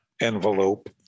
envelope